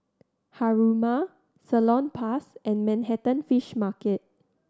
Haruma Salonpas and Manhattan Fish Market